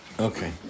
Okay